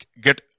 get